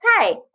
hey